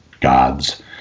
gods